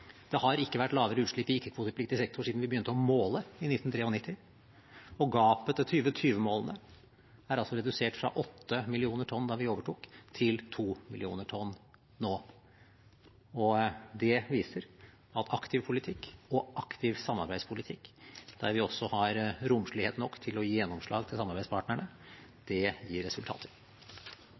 Det har ikke vært lavere utslipp i ikke-kvotepliktig sektor siden vi begynte å måle i 1993, og gapet til 2020-målene er altså redusert fra åtte millioner tonn da vi overtok, til to millioner tonn nå. Det viser at aktiv politikk og aktiv samarbeidspolitikk, der vi også har romslighet nok til å gi gjennomslag til samarbeidspartnerne, gir resultater.